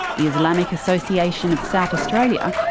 the islamic association of south australia,